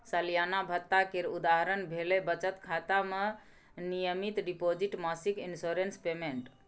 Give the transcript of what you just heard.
सलियाना भत्ता केर उदाहरण भेलै बचत खाता मे नियमित डिपोजिट, मासिक इंश्योरेंस पेमेंट